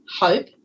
hope